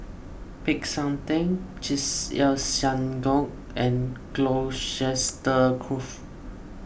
Peck San theng Chesed El Synagogue and Colchester Grove